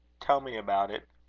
tell me about it.